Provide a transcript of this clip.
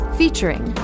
featuring